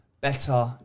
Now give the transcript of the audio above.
better